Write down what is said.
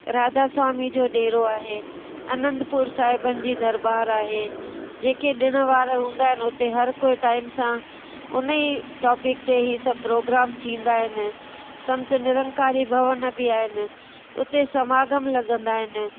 राधा स्वामी जो डेरो आहे अनंदपुर साहिबनि जी दरबार आहे जेके ॾिण वार हूंदा आहिनि उते हर कोई टाइम सां उने टॉपिक ते ई सङन प्रोग्राम थींदा आहिनि संत निरंकारी भवन बि आहिनि उते समागम लगंदा आहिनि